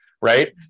right